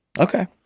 Okay